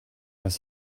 was